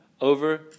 over